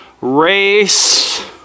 race